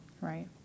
Right